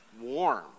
warm